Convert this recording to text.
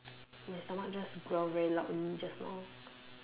my stomach just growl very loudly just now